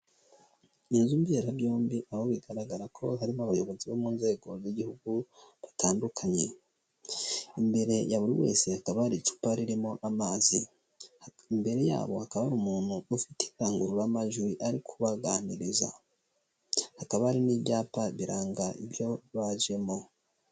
Inzu mberabyombi, aho bigaragara ko harimo abayobozi bo mu nzego z'igihugu batandukanye, imbere ya buri wese hakaba ari icupa ririmo amazi, imbere yabo hakaba umuntu ufite indangururamajwi ari kubaganiriza, hakaba hari n'ibyapa biranga ibyo bajemo.